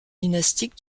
dynastique